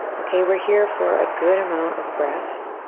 okay, we're here for a good amount of breaths,